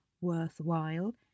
worthwhile